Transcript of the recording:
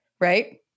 Right